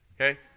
Okay